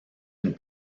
une